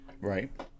right